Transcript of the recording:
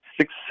six